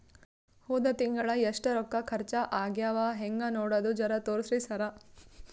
ಹೊದ ತಿಂಗಳ ಎಷ್ಟ ರೊಕ್ಕ ಖರ್ಚಾ ಆಗ್ಯಾವ ಹೆಂಗ ನೋಡದು ಜರಾ ತೋರ್ಸಿ ಸರಾ?